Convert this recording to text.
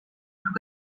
plus